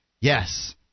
Yes